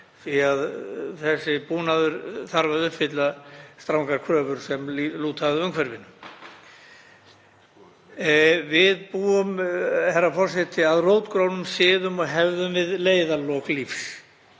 því að búnaðurinn þarf að uppfylla strangar kröfur sem lúta að umhverfinu. Við búum, herra forseti, að rótgrónum siðum og hefðum við leiðarlok lífs,